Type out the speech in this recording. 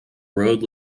road